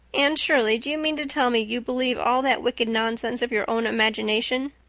anne shirley, do you mean to tell me you believe all that wicked nonsense of your own imagination?